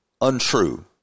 untrue